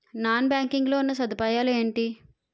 Non banking లో ఉన్నా సదుపాయాలు ఎంటి?